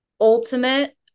ultimate